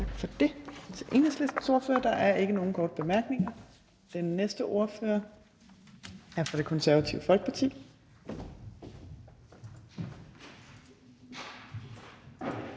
Tak for det til Enhedslistens ordfører. Der er ikke nogen korte bemærkninger. Den næste ordfører er fra Det Konservative Folkeparti,